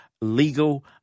legal